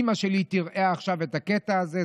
אימא שלי תראה עכשיו את הקטע הזה,